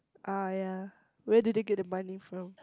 ah ya where do they get the money from